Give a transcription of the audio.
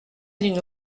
d’une